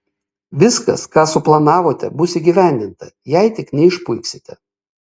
viskas ką suplanavote bus įgyvendinta jei tik neišpuiksite